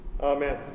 Amen